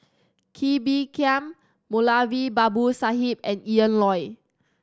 Kee Bee Khim Moulavi Babu Sahib and Ian Loy